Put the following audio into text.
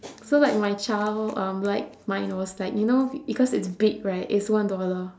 so like my child um like mind was like you know because it's big right it's one dollar